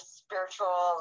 spiritual